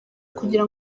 kugira